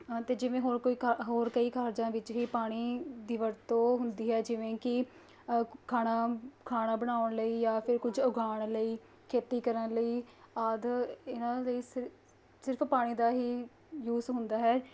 ਅਤੇ ਜਿਵੇਂ ਹੋਰ ਕੋਈ ਕ ਹੋਰ ਕਈ ਕਾਰਜਾਂ ਵਿੱਚ ਹੀ ਪਾਣੀ ਦੀ ਵਰਤੋਂ ਹੁੰਦੀ ਹੈ ਜਿਵੇਂ ਕਿ ਖਾਣਾ ਖਾਣਾ ਬਣਾਉਣ ਲਈ ਜਾਂ ਫਿਰ ਕੁਝ ਉਗਾਉਣ ਲਈ ਖੇਤੀ ਕਰਨ ਲਈ ਆਦਿ ਇਹਨਾਂ ਲਈ ਸਿ ਸਿਰਫ ਪਾਣੀ ਦਾ ਹੀ ਯੂਜ਼ ਹੁੰਦਾ ਹੈ